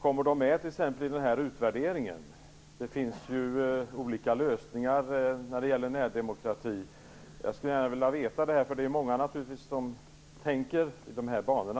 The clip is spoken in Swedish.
Kommer de att tas med i utvärderingen? Det finns ju olika lösningar när det gäller närdemokrati. Jag skulle gärna vilja ha ett svar på den frågan, eftersom det är många som just nu tänker i de banorna.